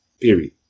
Period